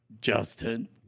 Justin